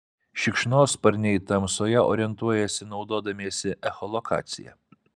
šikšnosparniai tamsoje orientuojasi naudodamiesi echolokacija